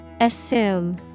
Assume